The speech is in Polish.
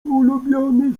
ulubiony